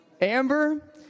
Amber